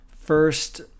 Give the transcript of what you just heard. first